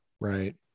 right